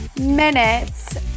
minutes